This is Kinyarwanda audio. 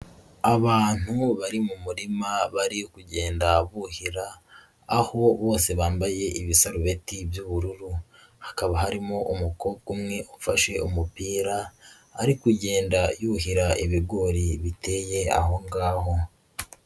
Abantu bari mu murima bari kugenda buhira, aho bose bambaye ibisarubeti by'ubururu, hakaba harimo umukobwa umwe ufashe umupira, ari kugenda yuhira ibigori biteye aho ngaho.